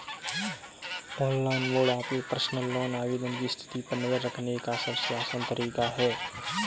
online mode आपके personal loan आवेदन की स्थिति पर नज़र रखने का सबसे आसान तरीका है